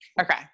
Okay